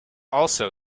also